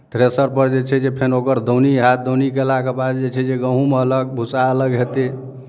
थ्रेशरपर जे छै जे फेर ओकर दौनी हएत दौनी कयलाके बाद जे छै जे गहूम अलग भुस्सा अलग हेतै